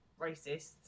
racists